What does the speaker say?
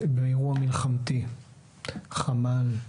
באירוע מלחמתי חמ"ל.